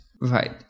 Right